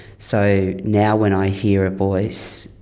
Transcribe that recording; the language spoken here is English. so now when i hear a voice,